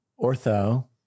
Ortho